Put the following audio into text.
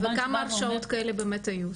ואומר --- וכמה הרשעות כאלה באמת היו,